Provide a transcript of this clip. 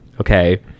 okay